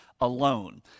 alone